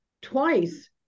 twice